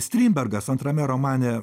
strindbergas antrame romane